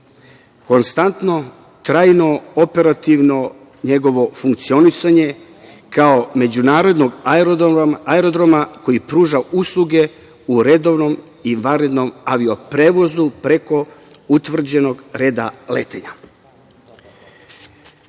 konstantno, trajno, operativno njegovo funkcionisanje, kao međunarodnog aerodroma koji pruža usluge u redovnom i vanrednom avio prevozu preko utvrđenog reda letenja. Od